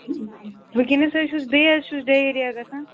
وٕنکیٚنَس حظ چھُس بیٚیہِ حظ چھُس ڈہیریا گژھان